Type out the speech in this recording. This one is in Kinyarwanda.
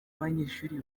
abanyeshuri